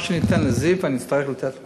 מה שאני אתן לזיו אני אצטרך לתת לכולם,